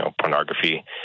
pornography